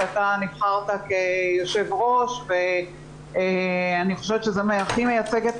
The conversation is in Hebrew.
נבחרת כיושב-ראש הוועדה וזה הכי מייצג את